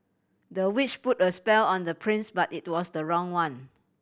the witch put a spell on the prince but it was the wrong one